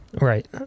Right